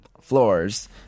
floors